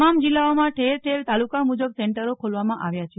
તમામ જિલ્લાઓમાં ઠેરઠેર તાલુકા મુજબ સેન્ટરો ખોલવામાં આવ્યાં છે